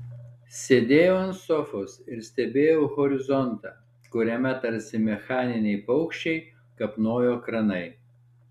sėdėjau ant sofos ir stebėjau horizontą kuriame tarsi mechaniniai paukščiai kapnojo kranai